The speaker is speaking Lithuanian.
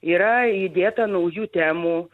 yra įdėta naujų temų